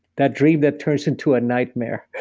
that dream that turns into a nightmare.